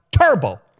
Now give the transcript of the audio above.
Turbo